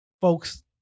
folks